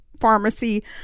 pharmacy